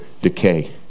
decay